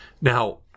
Now